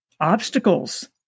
obstacles